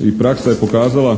i praksa je pokazala